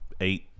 Eight